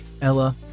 Ella